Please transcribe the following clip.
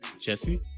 Jesse